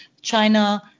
China